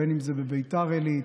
בין שזה בביתר עילית,